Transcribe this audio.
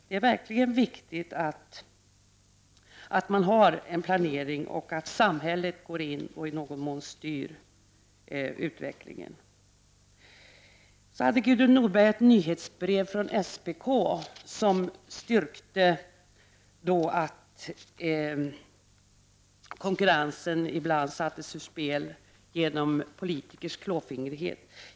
Det är mycket viktigt att man har en planering och att samhället går in och i någon mån styr utvecklingen. Gudrun Norberg hade vidare ett nyhetsbrev från SPK, som styrker att konkurrensen ibland sätts ur spel genom politikers klåfingrighet.